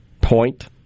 point